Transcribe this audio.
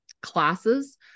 classes